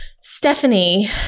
Stephanie